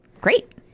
Great